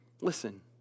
Listen